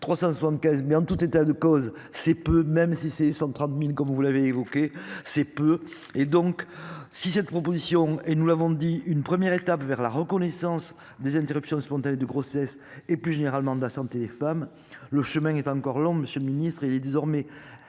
76.375 mais en tout état de cause c'est peu même si c'est 130.000 comme vous l'avez évoqué, c'est peu et donc si cette proposition et nous l'avons dit. Une première étape vers la reconnaissance des interruptions spontanées de grossesse et plus généralement de la santé des femmes. Le chemin est encore long. Monsieur le ministre, il est désormais